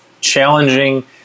challenging